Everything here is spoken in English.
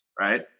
right